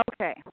Okay